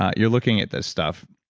ah you're looking at this stuff.